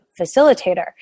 facilitator